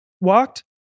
walked